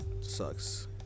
sucks